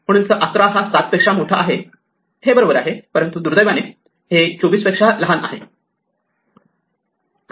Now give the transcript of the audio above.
म्हणून इथे 11 हा 7 पेक्षा मोठा आहे हे बरोबर आहे परंतु दुर्दैवाने हे 24 पेक्षा लहान आहे